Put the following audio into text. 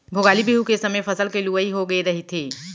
भोगाली बिहू के समे फसल के लुवई होगे रहिथे